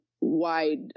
wide